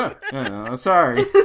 Sorry